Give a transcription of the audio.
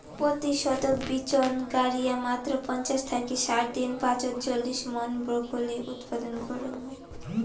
পত্যি শতক বিচন গাড়িয়া মাত্র পঞ্চাশ থাকি ষাট দিন পাছত চল্লিশ মন ব্রকলি উৎপাদন করাং হই